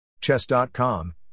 Chess.com